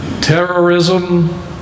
terrorism